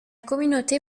communauté